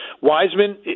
Wiseman